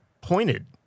pointed